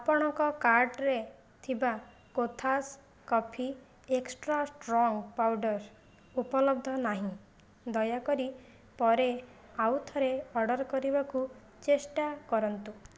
ଆପଣଙ୍କ କାର୍ଟ୍ରେ ଥିବା Kothas coffee extra strong powder ଉପଲବ୍ଧ ନାହିଁ ଦୟାକରି ପରେ ଆଉଥରେ ଅର୍ଡ଼ର କରିବାକୁ ଚେଷ୍ଟା କରନ୍ତୁ